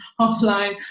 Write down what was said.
offline